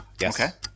Yes